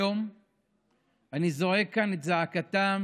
היום אני זועק כאן את זעקתם